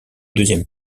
deuxième